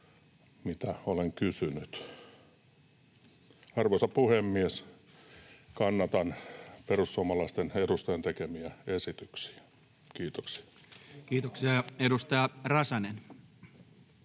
mitä olen kysynyt. Arvoisa puhemies! Kannatan perussuomalaisten edustajien tekemiä esityksiä. — Kiitoksia. [Speech